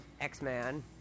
X-Man